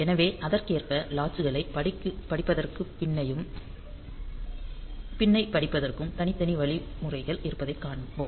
எனவே அதற்கேற்ப லாட்சு களைப் படிப்பதற்கும் பின் னை படிப்பதற்கும் தனித்தனி வழிமுறைகள் இருப்பதைக் காண்போம்